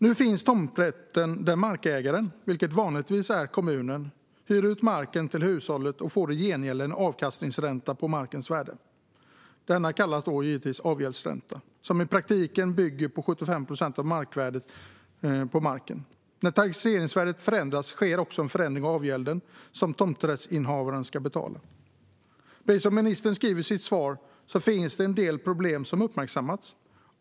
Nu finns tomträtten där markägaren, vilket vanligtvis är kommunen, hyr ut marken till hushållet och i gengäld får en avkastningsränta på markens värde. Denna ränta kallas avgäldsränta och bygger på ett underlag som i praktiken är 75 procent av marknadsvärdet på marken. När taxeringsvärdet förändras sker också en förändring av avgälden som tomträttsinnehavaren ska betala. Precis som ministern skriver i sitt svar finns det en del problem som har uppmärksammats.